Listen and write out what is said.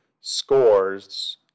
scores